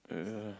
uh